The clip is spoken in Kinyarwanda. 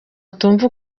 atumva